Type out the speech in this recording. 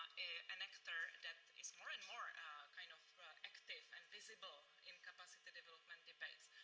and actor that is more and more kind of active and visible in capacity development events.